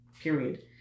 period